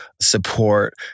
support